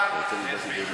אני אסביר.